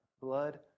blood